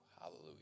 Hallelujah